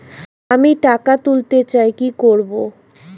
আমি টাকা তুলতে চাই কি করব?